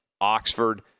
Oxford